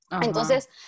Entonces